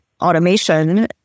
automation